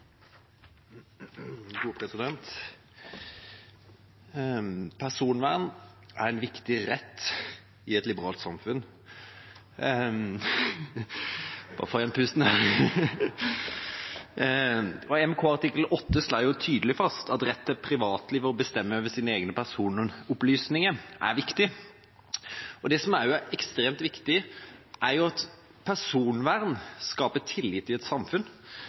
et liberalt samfunn. Artikkel 8 i Den europeiske menneskerettskonvensjon slår tydelig fast at retten til privatliv og å bestemme over sine egne personopplysninger er viktig. Det som også er ekstremt viktig, er at personvern skaper tillit i et samfunn.